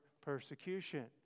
persecution